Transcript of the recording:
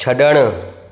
छड॒णु